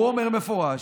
הוא אמר במפורש